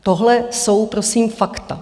Tohle jsou prosím fakta.